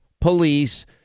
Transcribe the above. police